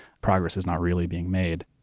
progress is not really being made.